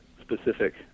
specific